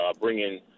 bringing